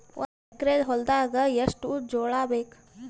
ಒಂದು ಎಕರ ಹೊಲದಾಗ ಎಷ್ಟು ಜೋಳಾಬೇಕು?